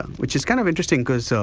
which is kind of interesting because so